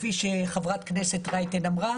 כפי שחברת הכנסת רייטן אמרה